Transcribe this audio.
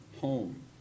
home